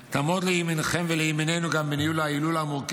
תעמוד לימינכם ולימיננו גם בניהול ההילולה המורכבת